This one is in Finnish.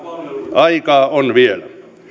aikaa on vielä